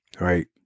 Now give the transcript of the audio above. right